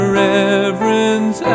reverence